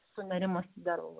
sunerimusi dėl